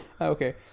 Okay